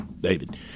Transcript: David